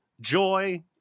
joy